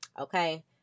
okay